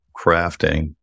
crafting